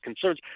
concerns